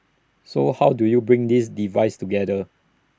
so how do you bring these devices together